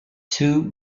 two